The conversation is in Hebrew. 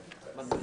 הכנסת.